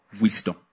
wisdom